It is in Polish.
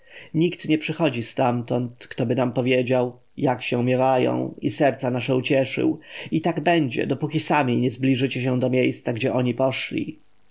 nikt nie przychodzi stamtąd ktoby nam powiedział jak się miewają i serca nasze ucieszył i tak będzie dopóki sami nie zbliżycie się do miejsca gdzie oni poszli